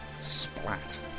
splat